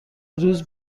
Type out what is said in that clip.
روز